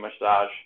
massage